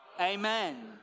Amen